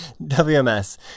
WMS